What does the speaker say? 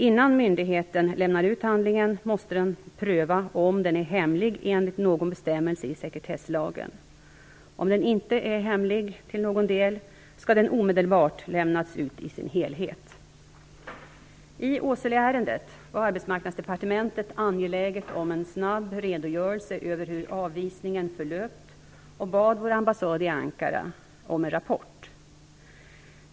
Innan myndigheten lämnar ut handlingen måste den pröva om den är hemlig enligt någon bestämmelse i sekretesslagen. Om den inte är hemlig till någon del, skall den omedelbart lämnas ut i sin helhet. I Åseleärendet var Arbetsmarknadsdepartementet angeläget om en snabb redogörelse över hur avvisningen förlöpt och bad vår ambassad i Ankara om en rapport.